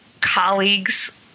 colleagues